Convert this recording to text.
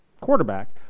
quarterback